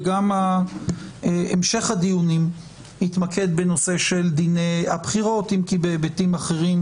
וגם המשך הדיונים יתמקד בנושא דיני הבחירות אם כי בהיבטים אחרים,